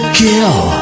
kill